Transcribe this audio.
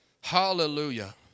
Hallelujah